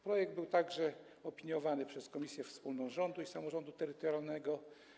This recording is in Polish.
Projekt był także opiniowany przez Komisję Wspólną Rządu i Samorządu Terytorialnego.